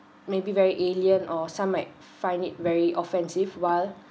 maybe very alien or some might find it very offensive while